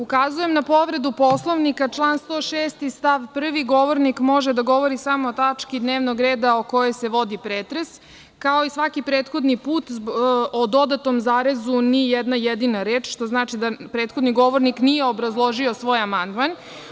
Ukazujem na povredu Poslovnika član 106. stav 1. – govornik može da govori samo o tački dnevnog reda o kojoj se vodi pretres, kao i svaki prethodni put o dodatom zarezu ni jedna jedina reč, što znači da prethodni govornik nije obrazložio svoj amandman.